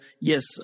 yes